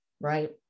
right